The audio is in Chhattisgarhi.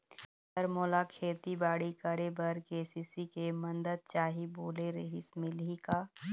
सर मोला खेतीबाड़ी करेबर के.सी.सी के मंदत चाही बोले रीहिस मिलही का?